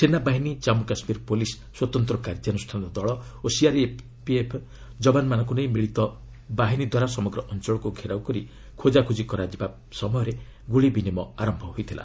ସେନାବାହିନୀ ଜନ୍ମୁ କାଶ୍ମୀର ପୁଲିସ୍ ସ୍ୱତନ୍ତ୍ର କାର୍ଯ୍ୟାନୁଷ୍ଠାନ ଦଳ ଓ ସିଆର୍ପିଏଫ୍ ଯବାନମାନଙ୍କୁ ନେଇ ମିଳିତ ବାହିନୀ ଦ୍ୱାରା ସମଗ୍ର ଅଞ୍ଚଳକୁ ଘେରାଉ କରି ଖୋଜାଖୋଜି କରାଯିବା ପରେ ଗୁଳି ବିନିମୟ ଆରମ୍ଭ ହୋଇଥିଲା